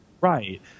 Right